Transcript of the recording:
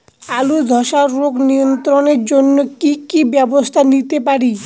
আলুর ধ্বসা রোগ নিয়ন্ত্রণের জন্য কি কি ব্যবস্থা নিতে পারি?